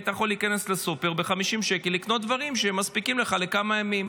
היית יכול להיכנס לסופר וב-50 שקל לקנות דברים שמספיקים לך לכמה ימים.